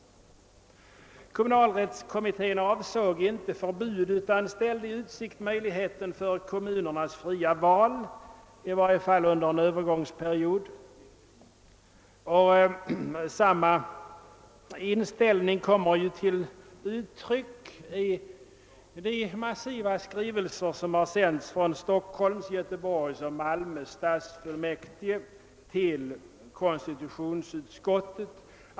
Kommunalrättskommittén avsåg inte något förbud, utan ställde i utsikt möjlighet för kommunerna att fritt välja, i varje fall under en övergångsperiod. Samma inställning kommer till uttryck i de tunga skrivelser som har sänts från Stockholms, Göteborgs och Malmö stadsfullmäktige till konstitutionsutskottet.